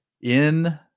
In-